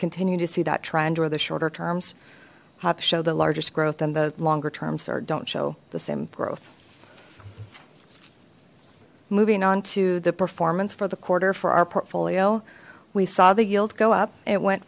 continuing to see that trend or the shorter terms up show the largest growth and the longer terms are don't show the same growth moving on to the performance for the quarter for our portfolio we saw the yield go up it went